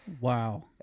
Wow